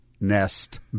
nest